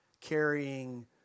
carrying